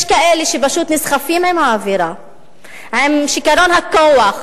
יש כאלה שפשוט נסחפים עם האווירה, עם שיכרון הכוח.